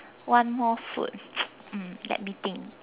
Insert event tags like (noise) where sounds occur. one more food (noise) um let me think